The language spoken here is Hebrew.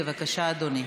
בבקשה, אדוני.